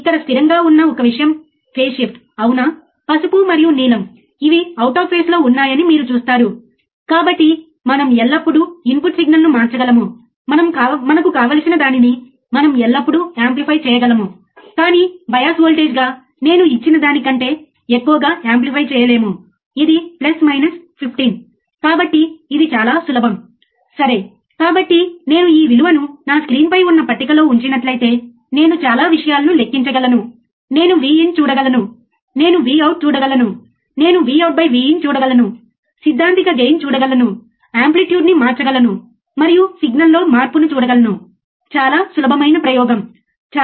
ఇది పసుపు రంగులో ఉంది మీరు నీలం రంగు లేదా ఆకుపచ్చ రంగు లేదా లేత నీలం రంగును చూడవచ్చు అది మీ అవుట్పుట్ సిగ్నల్ ఇన్పుట్ మరియు అవుట్పుట్ మధ్య లాగ్ డెల్టా t లో ఈ మార్పు మరియు డెల్టా V లో మార్పు ఈ 2 విలువలను మీరు కొలవాలి మీరు ఈ 2 విలువలను కొలిచినప్పుడు మీరు తిరిగి స్క్రీన్కు వస్తే మరియు మీరు ఈ విలువను టేబుల్లో డెల్టా V మరియు డెల్టా tలో ప్రత్యామ్నాయంగా ఉంచినట్లయితే మీరు స్లీవ్ రేటును కొలవగలరు